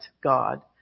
God